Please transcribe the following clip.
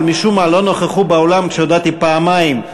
משום מה לא נכחו באולם כשהודעתי פעמיים,